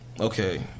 okay